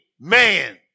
Man